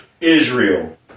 Israel